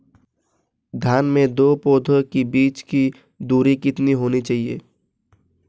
धान के दो पौधों के बीच की दूरी कितनी होनी चाहिए?